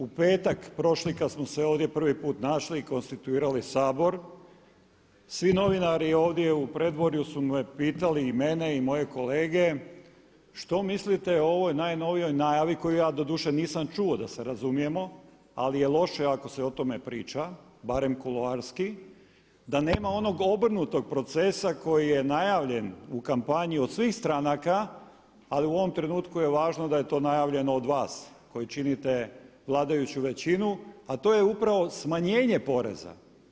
U petak prošli, kada smo se ovdje prvi put našli i konstituirali Sabor svi novinari ovdje u predvorju su me pitali i mene i moje kolege što mislite o ovoj najnovijoj najavi, koju ja doduše nisam čuo, da se razumijemo, ali je loše ako se o tome priča, barem kuloarski, da nema onog obrnutog procesa koji je najavljen u kampanji od svih stranka ali u ovom trenutku je važno da je to najavljeno od vas koji činite vladajuću većinu a to je upravo smanjenje poreza.